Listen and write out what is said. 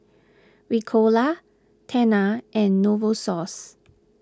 Ricola Tena and Novosource